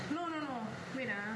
no no no wait ah